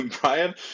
Brian